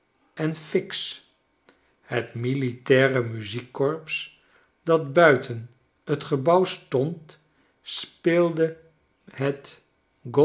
en fiksch het militaire muziekkorps dat buiten t gebouw stond speelde het